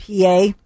PA